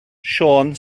siôn